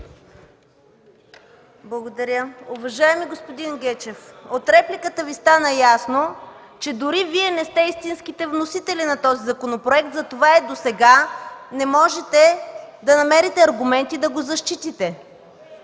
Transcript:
Благодаря. Уважаеми господин Гечев, от репликата Ви стана ясно, че дори Вие не сте истинските вносители на този законопроект. Затова и досега не можете да намерите аргументи да го защитите.